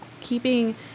keeping